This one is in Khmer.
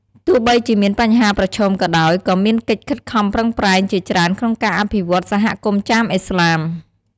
ទោះបីជាមានបញ្ហាប្រឈមក៏ដោយ ក៏មានកិច្ចខិតខំប្រឹងប្រែងជាច្រើនក្នុងការអភិវឌ្ឍន៍សហគមន៍ចាមឥស្លាម។